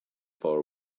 for